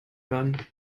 hören